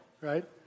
right